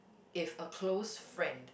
if a close friend